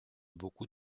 beaucoup